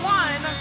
one